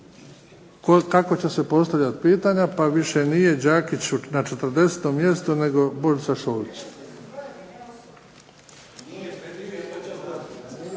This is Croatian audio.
kako će se postavljati pitanja, pa više nije Đakić na 40. mjestu nego Božica Šolić.